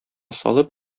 салып